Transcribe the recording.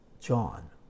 John